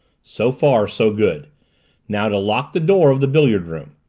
so far, so good now to lock the door of the billiard room.